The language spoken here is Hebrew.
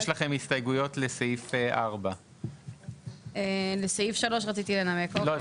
יש לכם הסתייגויות לסעיף 4. רציתי לנמק על סעיף 3. לא,